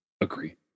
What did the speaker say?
agree